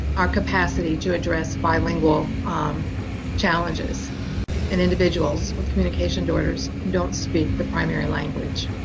our capacity to address bilingual on challenges and individuals with medication orders don't speak the primary language